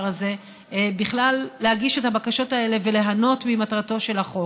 הזה בכלל להגיש את הבקשות האלה וליהנות ממטרתו של החוק.